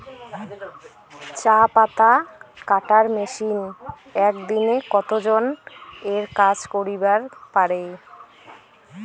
চা পাতা কাটার মেশিন এক দিনে কতজন এর কাজ করিবার পারে?